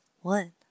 one